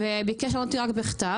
וביקש לענות לי רק בכתב.